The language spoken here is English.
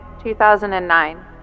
2009